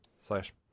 slash